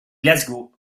glasgow